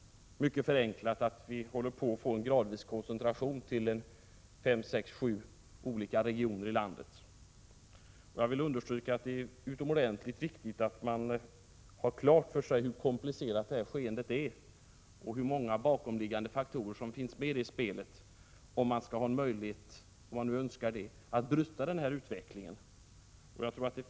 Mycket förenklat kan man säga att vi håller på att få en gradvis koncentration till fem, sex eller sju olika regioner i landet. Jag vill understryka att det är utomordentligt viktigt att man har klart för sig hur komplicerat det här skeendet är och hur många bakomliggande faktorer som finns med i spelet, om man skall ha en möjlighet att bryta denna utveckling — om man nu önskar det.